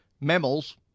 mammals